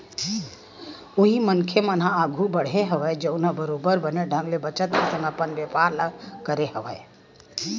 उही मनखे मन ह आघु बड़हे हवय जउन ह बरोबर बने ढंग ले बचत के संग अपन बेपार ल करे हवय